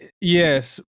Yes